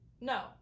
No